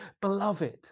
beloved